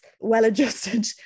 well-adjusted